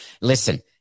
Listen